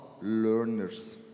learners